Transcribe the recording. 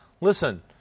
listen